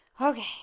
okay